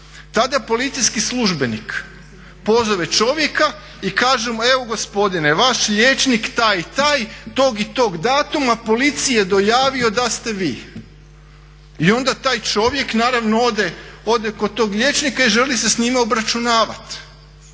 tada policijski službenik pozove čovjeka i kaže mu evo gospodine, vaš liječnik taj i taj tog i tog datuma policiji je dojavio da ste vi. I onda taj čovjek naravno ode kod tog liječnika i želi se s njime obračunavati.